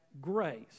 grace